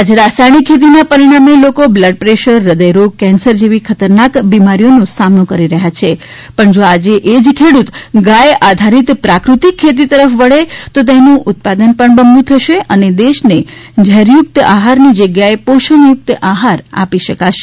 આજે રાસાયણિક ખેતીના પરિણામે લોકો બ્લડપ્રેશર હૃદયરોગ કેન્સર જેવી ખતરનાક બીમારીઓનો સામનો કરે છે પણ જો આજે એ જ ખેડૂત ગાય આધારિત પ્રાકૃતિક ખેતી તરફ વળે તો એમનું ઉત્પાદન પણ બમણું થશે અને દેશને ઝેર યુક્ત આહારની જગ્યાએ પોષણયુક્ત આહાર આપી શકશે